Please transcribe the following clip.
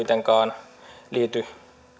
kuitenkaan liity